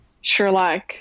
Sherlock